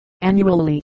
annually